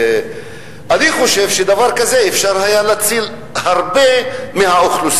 אני חושב שבדבר כזה אפשר היה להציל הרבה מהאוכלוסייה.